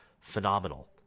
phenomenal